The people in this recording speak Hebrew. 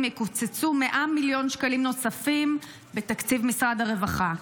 יקוצצו 100 מיליון שקלים נוספים בתקציב משרד הרווחה.